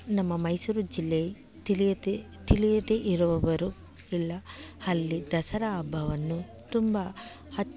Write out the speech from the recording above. ನಮ್ಮ ಮೈಸೂರು ಜಿಲ್ಲೆ ತಿಳಿಯದೆ ತಿಳಿಯದೇ ಇರುವವರು ಇಲ್ಲ ಅಲ್ಲಿ ದಸರಾ ಹಬ್ಬವನ್ನು ತುಂಬ ಹತ್ತು